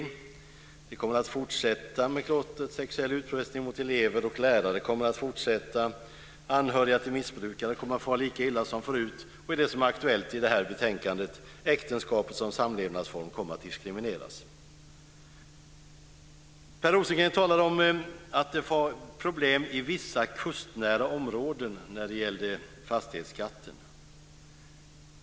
Klottret kommer att fortsätta, sexuell utpressning mot elever och lärare kommer att fortsätta, anhöriga till missbrukare kommer att fara lika illa som förut, och - det som är aktuellt i det här betänkandet - äktenskapet som samlevnadsform kommer att diskrimineras. Per Rosengren talade om problem i vissa kustnära områden när det gällde fastighetsskatten.